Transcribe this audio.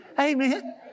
Amen